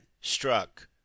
struck